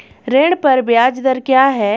ऋण पर ब्याज दर क्या है?